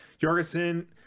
Jorgensen